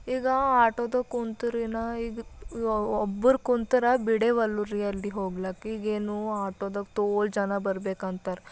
ಈಗ ಆಟೋದಾಗೆ ಕುಂತುರಿನ ಈಗ ಒಬ್ಬರು ಕುಂತ್ರೆ ಬಿಡುವಲ್ಲು ರೀ ಅಲ್ಲಿಗೆ ಹೋಗ್ಲಿಕ್ ಈಗೇನು ಆಟೋದಾಗೆ ತೋಲ ಜನ ಬರ್ಬೇಕು ಅಂತಾರೆ